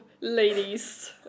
Ladies